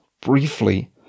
briefly